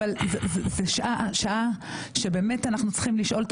אבל זו שעה שבאמת אנחנו צריכים לשאול את